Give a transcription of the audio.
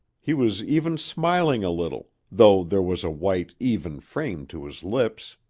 he was even smiling a little, though there was a white, even frame to his lips.